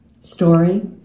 story